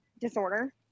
disorder